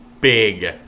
Big